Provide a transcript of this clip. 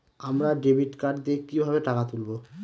আমরা debit card দিয়ে কিভাবে টাকা তুলবো?